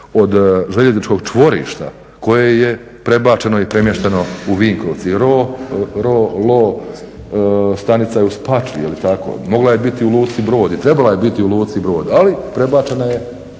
od željezničkog čvorišta koje je prebačeno i premješteno u Vinkovce i … stanica je u Spačvi jeli tako, mogla je biti u Luci Brod i trebala je biti u Luci Brod ali prebačena je